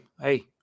Hey